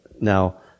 Now